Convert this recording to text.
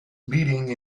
leading